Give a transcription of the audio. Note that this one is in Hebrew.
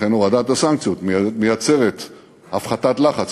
לכן הורדת הסנקציות מייצרת הפחתת לחץ,